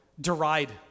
deride